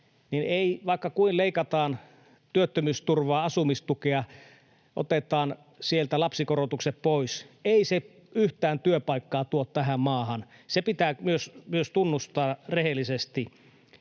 niin vaikka kuin leikataan työttömyysturvaa, asumistukea, otetaan sieltä lapsikorotukset pois, ei se yhtään työpaikkaa tuo tähän maahan, se pitää myös tunnustaa rehellisesti.